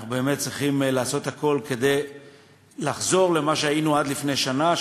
אנחנו באמת צריכים לעשות הכול כדי לחזור למה שהיינו עד לפני שנה,